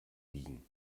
biegen